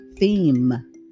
theme